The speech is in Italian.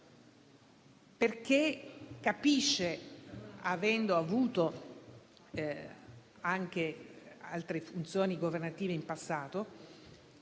perché capisce, avendo avuto anche altre funzioni governative in passato,